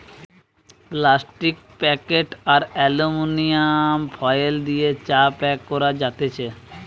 plastic packet আর aluminium foil দিয়ে চা প্যাক করা যাতেছে